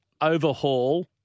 overhaul